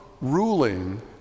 ruling